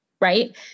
right